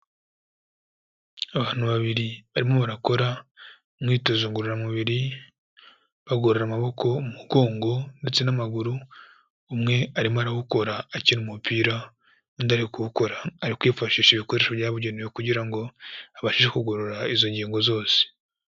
Abantu babiri, barimo barakora umwitozo ngororamubiri, bagora amaboko, umugongo, ndetse n'amaguru, umwe arimo arawukora akina umupira, undi ari kuwukora ari kwifashisha ibikoresho byabugenewe, kugira ngo abashe kugorora izo ngingo zose.